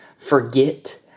forget